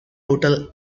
total